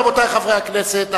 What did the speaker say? רבותי חברי הכנסת,